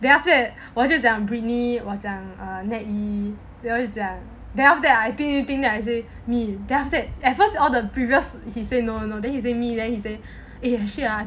then after that 我就讲 brinny 我讲 natty then 我就讲 then after that I think think that I say me then after that at first all the previous he say no then he say me then he eh actually ah